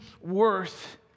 worth